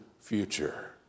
future